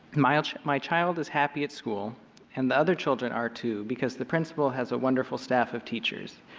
my my child is happy at school and the other children are, too, because the principal has a wonderful staff of teachers.